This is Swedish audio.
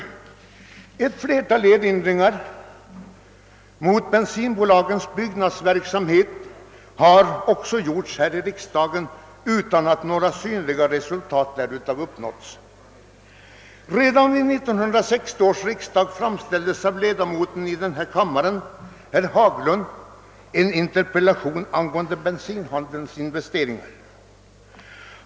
Ett flertal erinringar mot bensinbolagens byggnadsverksamhet har gjorts i riksdagen utan att några synliga resultat har uppnåtts. Redan vid 1960 års riksdag framställdes av ledamoten i denna kammare herr Haglund en interpellation angående bensinhandelns investeringar.